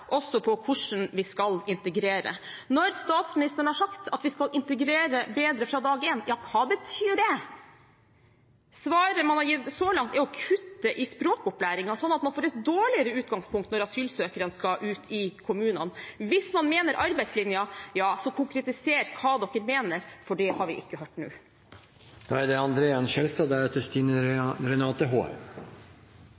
også på hvordan vi skal integrere. Når statsministeren har sagt at vi skal integrere bedre fra dag én, hva betyr det? Svaret man har gitt så langt, er å kutte i språkopplæringen, sånn at man får et dårligere utgangspunkt når asylsøkerne skal ut i kommunene. Hvis man mener arbeidslinjen, konkretiser hva som menes, for det har vi ikke hørt nå.